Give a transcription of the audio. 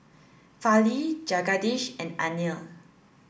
Fali Jagadish and Anil